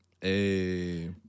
Hey